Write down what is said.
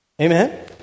Amen